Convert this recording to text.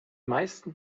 meisten